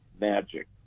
magic